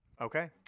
Okay